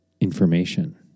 information